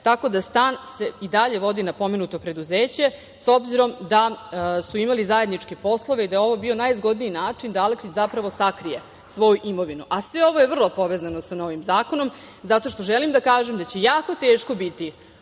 tako da se stan i dalje vodi na pomenuto preduzeće, s obzirom da su imali zajedničke poslove i da je ovo bio najzgodniji način da Aleksić zapravo sakrije svoju imovinu. Sve ovo je vrlo povezano sa novim zakonom zato što, želim da kažem, će jako teško biti